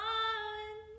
on